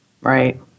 Right